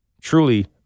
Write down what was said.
truly